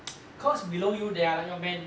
cause below you there are like your man